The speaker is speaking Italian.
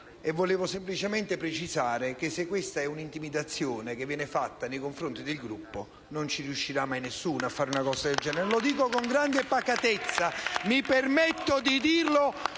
Vorrei semplicemente precisare che, se questa è un'intimidazione che viene fatta nei confronti del Gruppo, non ci riuscirà mai nessuno a fare una cosa del genere. Lo dico con grande pacatezza. Mi permetto di dirlo